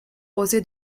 josé